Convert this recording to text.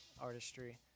artistry